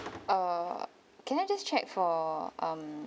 uh can I just check for um